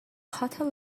potter